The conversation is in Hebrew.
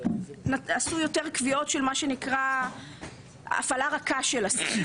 עשו יותר קביעות של מה שנקרא הפעלה רכה של הסעיף,